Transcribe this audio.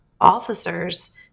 officers